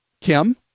Kim